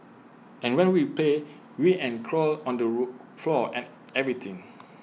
and when we play we and crawl on the roof floor and everything